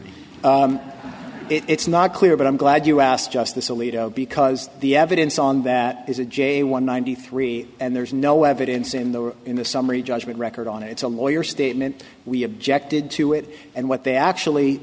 party it's not clear but i'm glad you asked justice alito because the evidence on that is a j one ninety three and there's no evidence in the in the summary judgment record on it's a lawyer statement we objected to it and what they actually